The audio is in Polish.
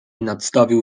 nadstawił